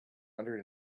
hundred